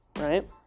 right